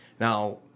Now